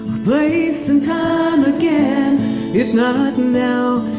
place and time again if not now,